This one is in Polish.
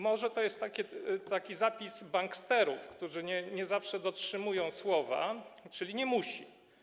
Może” - to jest taki zapis banksterów, którzy nie zawsze dotrzymują słowa - czyli nie musi.